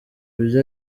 byo